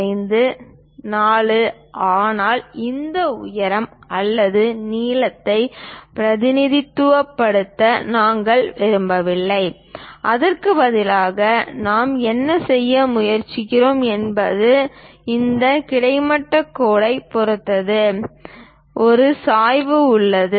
5 4 ஆனால் இந்த உயரத்தை அல்லது நீளத்தை பிரதிநிதித்துவப்படுத்த நாங்கள் விரும்பவில்லை அதற்கு பதிலாக நாம் என்ன செய்ய முயற்சிக்கிறோம் என்பது இந்த கிடைமட்ட கோட்டைப் பொறுத்து ஒரு சாய்வு உள்ளது